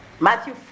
Matthew